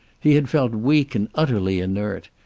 he had felt weak and utterly inert,